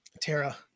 Tara